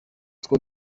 twa